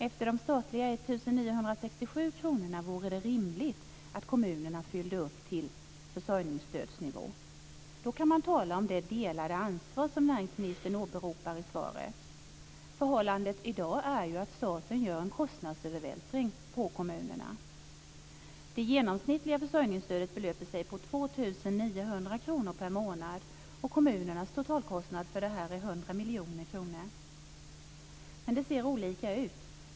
Efter de statliga 1 967 kronorna vore det rimligt att kommunerna fyllde upp till försörjningsstödsnivå. Då kan man tala om det delade ansvar som näringsministern åberopar i svaret. Förhållandet i dag är att staten gör en kostnadsövervältring på kommunerna. Det genomsnittliga försörjningsstödet belöper sig på 2 900 kr per månad, och kommunernas totalkostnad för det här är 100 miljoner kronor. Men det ser olika ut.